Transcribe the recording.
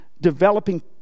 developing